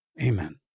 amen